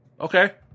okay